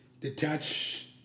detach